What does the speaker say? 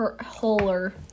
Holler